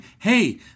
hey